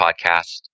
podcast